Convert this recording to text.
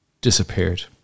disappeared